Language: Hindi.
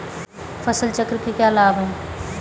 फसल चक्र के क्या लाभ हैं?